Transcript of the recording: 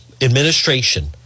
administration